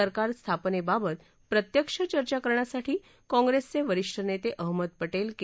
सरकार स्थापनेबाबत प्रत्यक्ष चर्चा करण्यासाठी काँग्रेसचे वरिष्ठ नेते अहमद पांक्रि के